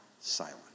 silent